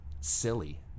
silly